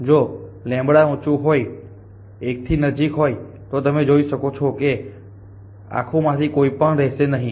જો ઊંચું હોય ૧ ની નજીક હોય તોતમે જોઈ શકો છો કે આખું માંથી કોઈ પણ રહેશે નહીં